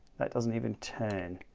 that doesn't even turn.